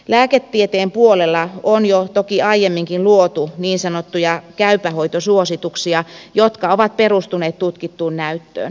lääketieteen puolella on jo toki aiemminkin luotu niin sanottuja käypä hoito suosituksia jotka ovat perustuneet tutkittuun näyttöön